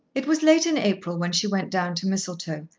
it was late in april when she went down to mistletoe,